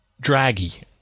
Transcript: Draggy